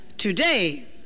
Today